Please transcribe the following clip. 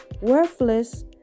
worthless